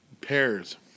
Pears